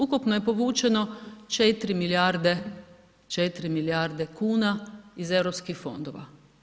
Ukupno je povučeno 4 milijarde, 4 milijarde kuna iz Europskih fondova.